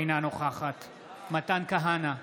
אינה נוכחת מתן כהנא,